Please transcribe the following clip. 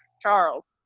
Charles